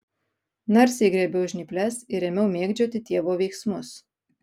narsiai griebiau žnyples ir ėmiau mėgdžioti tėvo veiksmus